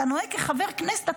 אתה נוהג כחבר כנסת,